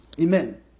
Amen